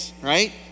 right